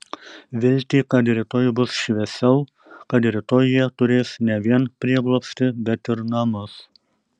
viltį kad rytoj bus šviesiau kad rytoj jie turės ne vien prieglobstį bet ir namus